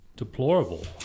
deplorable